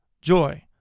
joy